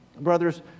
Brothers